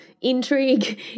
intrigue